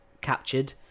captured